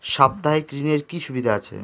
সাপ্তাহিক ঋণের কি সুবিধা আছে?